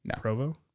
Provo